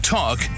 Talk